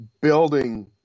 building